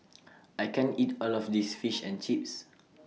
I can't eat All of This Fish and Chips